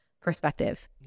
perspective